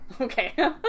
Okay